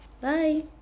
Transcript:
Bye